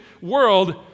world